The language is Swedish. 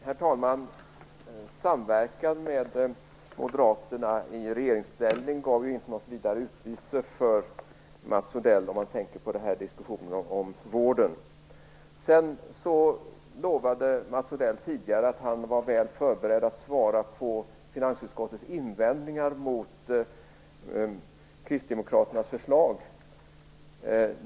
Herr talman! Samverkan med Moderaterna i regeringsställning gav ju inte något vidare utbyte för Mats Odell, om man tänker på diskussionen om vården. Sedan lovade Mats Odell tidigare att han var väl förberedd att svara på finansutskottets invändningar mot Kristdemokraternas förslag.